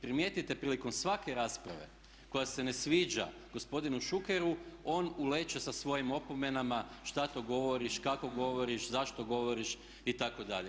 Primijetite prilikom svake rasprave koja se ne sviđa gospodinu Šukeru on ulijeće sa svojim opomenama, što to govoriš, kako govoriš, zašto govoriš itd.